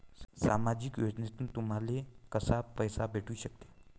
सामाजिक योजनेतून तुम्हाले कसा पैसा भेटू सकते?